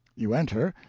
you enter,